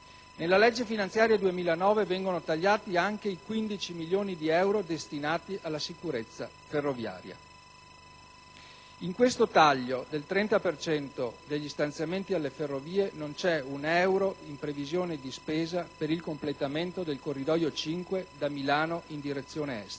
di legge finanziaria per il 2009 vengono tagliati anche i 15 milioni di euro destinati alla sicurezza ferroviaria. In questo taglio del 30 per cento degli stanziamenti alle ferrovie non c'è un euro in previsione di spesa per il completamento del Corridoio 5 da Milano in direzione Est.